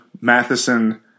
Matheson